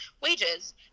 wages